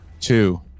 Two